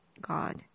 God